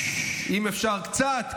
אם אפשר קצת,